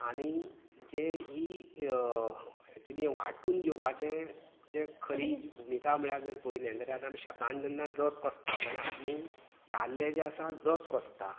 आनी जे ही एक्चुली हें वांटून घेवपाचें जें खरी जी भुमिका म्हळ्यार जर पळयलें जाल्यार आमी शेतांत जेन्ना जोत आसता जाल्यार आमी दादले जे आसा जोत कोंसता